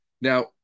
Now